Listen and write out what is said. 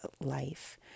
life